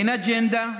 אין אג'נדה.